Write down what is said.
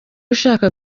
ushaka